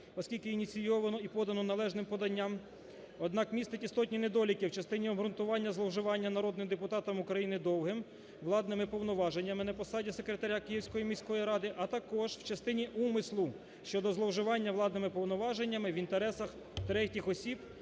оскільки ініційовано і подано належним поданням, однак містить істотні недоліки в частині обґрунтування зловживання народним депутатом України Довгим владними повноваженнями на посаді секретаря Київської міської ради, а також в частині умислу щодо зловживання владними повноваженнями в інтересах третіх осіб,